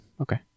Okay